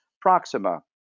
Proxima